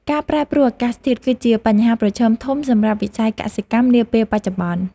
ការប្រែប្រួលអាកាសធាតុគឺជាបញ្ហាប្រឈមធំសម្រាប់វិស័យកសិកម្មនាពេលបច្ចុប្បន្ន។